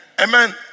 Amen